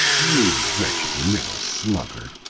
you wretched little sluggard!